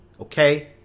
Okay